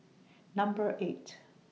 Number eight